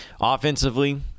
Offensively